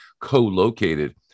co-located